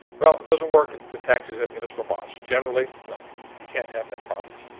well, it doesn't work with actors at municipal box. generally. no you can't have net profits